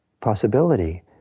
possibility